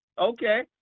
Okay